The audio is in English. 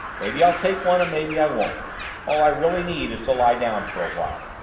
maybe i'll take one and maybe i won't all i really need is to lie down for a while.